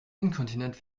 inkontinent